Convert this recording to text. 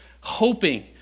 hoping